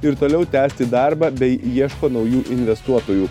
ir toliau tęsti darbą bei ieško naujų investuotojų